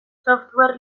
software